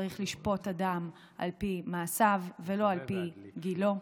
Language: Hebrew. צריך לשפוט אדם על פי מעשיו ולא על פי גילו.